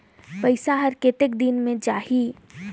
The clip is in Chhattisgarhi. पइसा हर कतेक दिन मे जाही?